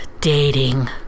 dating